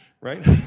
right